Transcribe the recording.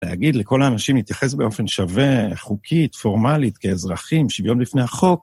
להגיד לכל האנשים להתייחס באופן שווה, חוקית, פורמלית, כאזרחים, שוויון בפני החוק.